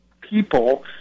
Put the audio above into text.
people